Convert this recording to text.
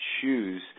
choose